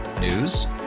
News